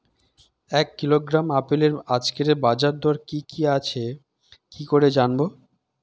এক কিলোগ্রাম আপেলের আজকের বাজার দর কি কি আছে কি করে জানবো?